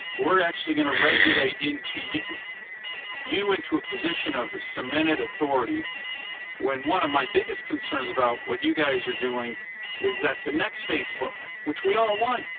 we're actually going to regulate you you into a position of cemented authority when one of my biggest concerns about what you guys are doing is that the next facebook which we all want,